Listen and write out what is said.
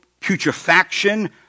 putrefaction